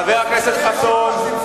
חבר הכנסת חסון.